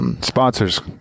Sponsors